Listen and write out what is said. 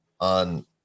on